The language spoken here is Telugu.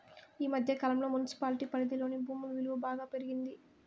ఈ మధ్య కాలంలో మున్సిపాలిటీ పరిధిలోని భూముల విలువ బాగా పెరిగింది